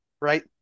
right